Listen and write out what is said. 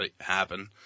happen